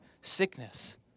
sickness